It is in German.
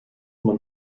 man